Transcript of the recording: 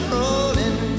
rolling